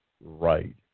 Right